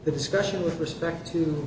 the discussion with respect to